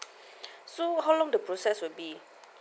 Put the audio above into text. so how long the process will be